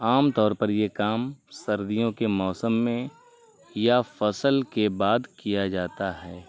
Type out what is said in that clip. عام طور پر یہ کام سردیوں کے موسم میں یا فصل کے بعد کیا جاتا ہے